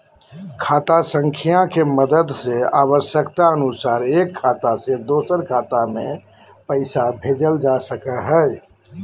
खाता संख्या के मदद से आवश्यकता अनुसार एक खाता से दोसर खाता मे पैसा भेजल जा सको हय